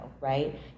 right